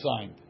signed